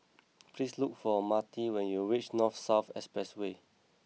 please look for Marty when you reach North South Expressway